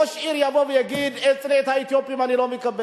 ראש עיר יבוא ויגיד: את האתיופים אני לא מקבל?